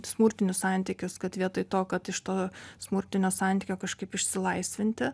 smurtinius santykius kad vietoj to kad iš to smurtinio santykio kažkaip išsilaisvinti